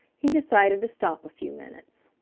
he decided to stop a few minutes.